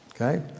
Okay